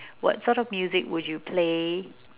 what sort of music would you play